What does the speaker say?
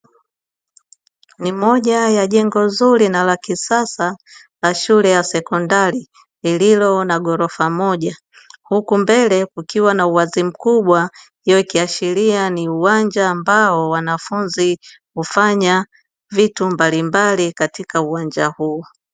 Ni moja ya jengo zuri na la kisasa la shule ya sekondari lililo na jengo moja huku mbele kukiwa na uwazi mkubwa, hio ikiashiria kuwa ni uwanja ambao wanafunzi hufanya vitu mbalimbali katika uwanja huo.